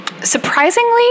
surprisingly